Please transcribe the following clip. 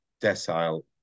decile